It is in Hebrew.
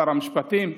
שר המשפטים.